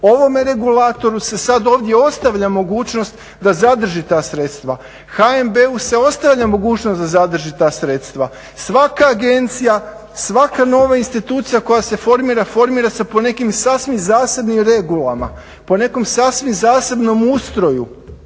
Ovome regulatoru se sad ovdje ostavlja mogućnost da zadrži ta sredstva. HNB-u se ostavlja mogućnost da zadrži ta sredstva. Svaka agencija, svaka nova institucija koja se formira, formira se po nekim sasvim zasebnim regulama, po nekom sasvim zasebnom ustroju